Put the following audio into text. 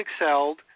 excelled